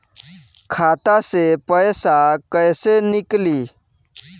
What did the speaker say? खाता से पैसा कैसे नीकली?